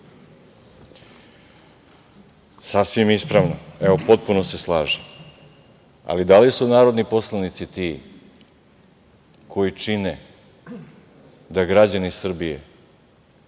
Sasvim ispravno, potpuno se slažem, ali dali su narodni poslanici ti koji čine da građani Srbije